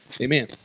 Amen